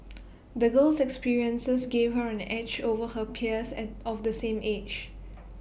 the girl's experiences gave her an edge over her peers at of the same age